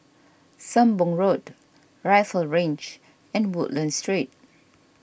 Sembong Road Rifle Range and Woodlands Street